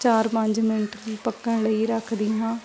ਚਾਰ ਪੰਜ ਮਿੰਟ ਪੱਕਣ ਲਈ ਰੱਖਦੀ ਹਾਂ